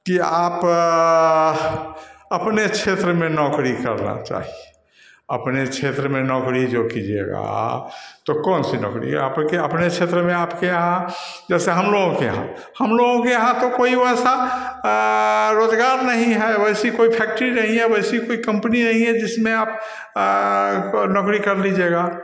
की आप अपने क्षेत्र में नौकरी करना चाहिए अपने क्षेत्र में नौकरी जो कीजिएगा तो कौन सी नौकरी आपके अपने क्षेत्र में आपके यहाँ जैसे हम लोगों के यहाँ हम लोगों के यहाँ तो वैसा कोई रोज़गार नहीं है वैसी कोई फैक्ट्री नही है वैसी कोई कंपनी नहीं है जिसमें आप अ नौकरी कर लिजिएगा